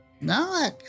no